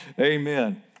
Amen